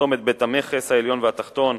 צומת בית-המכס העליון והתחתון,